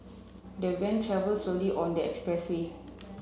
the van travelled slowly on the expressway